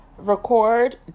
Record